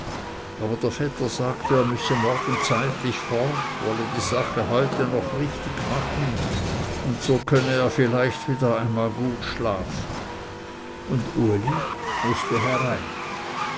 aber der vetter sagte er müsse morgen zeitlich fort wolle die sache heute noch richtig machen so könne er vielleicht wieder einmal gut schlafen und uli mußte herein